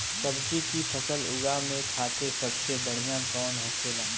सब्जी की फसल उगा में खाते सबसे बढ़ियां कौन होखेला?